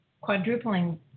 quadrupling